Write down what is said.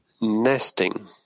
nesting